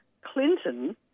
Clinton